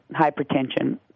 hypertension